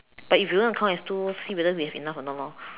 but if you're going to count as two see whether we have enough or not loh